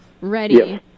ready